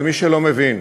למי שלא מבין.